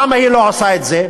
למה היא לא עושה את זה?